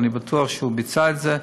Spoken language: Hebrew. ואני בטוח שהוא ביצע את זה.